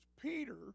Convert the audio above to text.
Peter